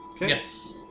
Yes